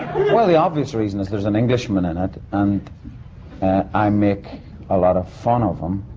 well the obvious reason, that there's an englishman in it. and i make a lot of fun of him,